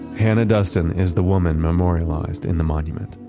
hannah duston is the woman memorialized in the monument.